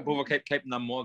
buvo kaip kaip namo